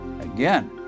Again